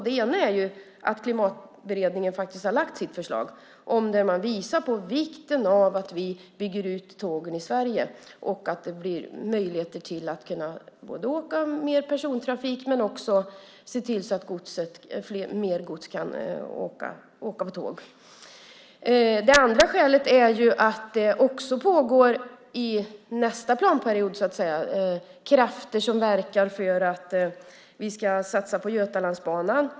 Det ena skälet är att Klimatberedningen har lagt fram sitt förslag där man visar på vikten av att vi bygger ut tågtrafiken i Sverige och att det blir större möjligheter att åka med persontrafik och att mer gods kan gå med tåg. Det andra skälet är att det i nästa planperiod finns krafter som verkar för att vi ska satsa på Götalandsbanan.